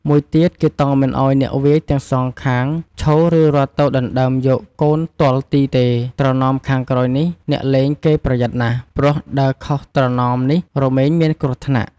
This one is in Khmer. មួយទៀត គេតមមិនឲ្យអ្នកវាយទាំងសងខាងឈរ ឬរត់ទៅដណ្តើមយកកូនទាល់ទីទេ ត្រណមខាងក្រោយនេះ អ្នកលេងគេប្រយ័ត្នណាស់ ព្រោះដើរខុសត្រណមនេះរមែងមានគ្រោះថ្នាក់។